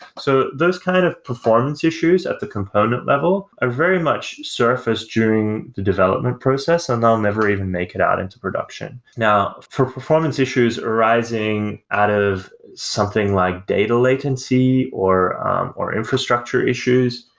so those kind of performance issues at the component level are very much surface during the development process and they'll never even make it out into production now for performance issues arising out of something like data latency, or or infrastructure issues,